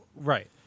Right